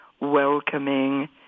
welcoming